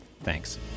Thanks